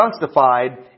justified